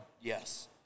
Yes